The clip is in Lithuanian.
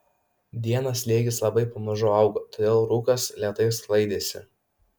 dieną slėgis labai pamažu augo todėl rūkas lėtai sklaidėsi